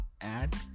add